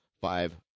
five